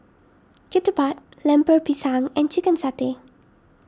Ketupat Lemper Pisang and Chicken Satay